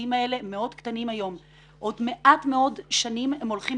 הילדים האלה מאוד קטנים היום אבל עוד מעט מאוד שנים הם הולכים